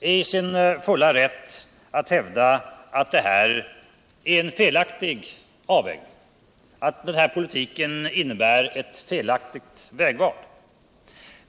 är i sin fulla rätt att hävda att det här är en felaktig avvägning, att den här politiken innebär ett felaktigt vägval.